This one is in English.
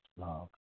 love